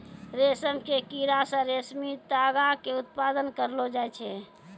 रेशम के कीड़ा से रेशमी तागा के उत्पादन करलो जाय छै